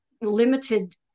limited